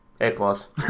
A-plus